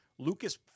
Lucas